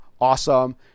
awesome